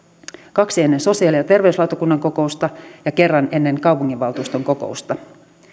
kaksi ennen sosiaali ja terveyslautakunnan kokousta ja kerran ennen kaupunginvaltuuston kokousta